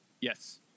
Yes